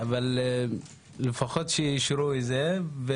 אבל לפחות שאישרו את זה.